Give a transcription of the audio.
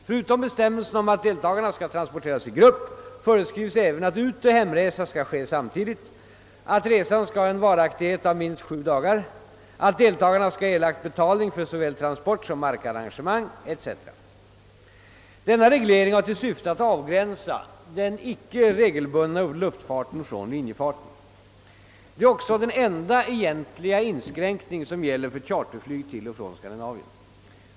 Förutom bestämmelsen om att deltagarna skall transporteras i grupp föreskrivs även att utoch hemresa skall ske samtidigt, att resan skall ha en varaktighet av minst sju dagar, att deltagarna skall ha erlagt betalning för såväl transport som markarrangemang etc. Denna reglering har till syfte att avgränsa den icke regelbundna luftfarten från linjefarten. Detta är också den enda egentliga inskränkning som gäller för charterflyg till och från Skandinavien.